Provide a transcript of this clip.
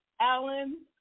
Alan